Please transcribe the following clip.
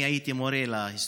אני הייתי מורה להיסטוריה.